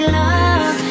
love